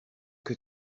que